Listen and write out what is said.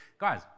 Guys